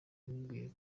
bamubwiye